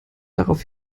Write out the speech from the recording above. darauf